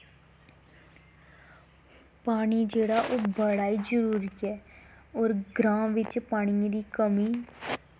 पानी जेह्ड़ा ओह् बड़ा ई जरूरी ऐ होर ग्रांऽ बिच्च पानियै दी कमी